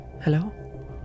hello